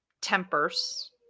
tempers